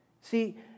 See